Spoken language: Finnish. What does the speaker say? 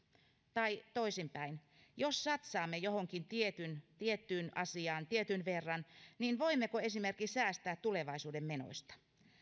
tai toisinpäin jos satsaamme johonkin tiettyyn asiaan tietyn verran niin voimmeko esimerkiksi säästää tulevaisuuden menoista